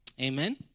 Amen